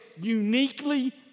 uniquely